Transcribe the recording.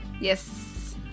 Yes